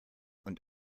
und